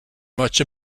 much